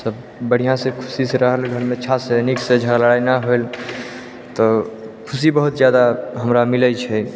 सब बढ़िऑं से खुशी सऽ रहल घरमे अच्छा से नीक से झगड़ा लड़ाइ नहि भेल तऽ खुशी बहुत जादा हमरा मिलै छै